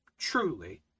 Truly